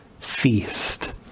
feast